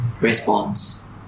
response